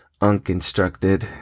unconstructed